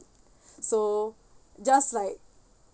so just like